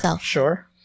Sure